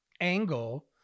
angle